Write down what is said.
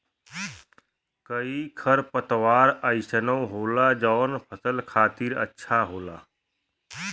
कई खरपतवार अइसनो होला जौन फसल खातिर अच्छा होला